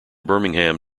birmingham